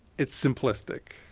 it's simplistic.